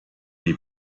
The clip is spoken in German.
die